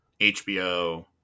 HBO